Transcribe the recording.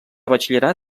batxiller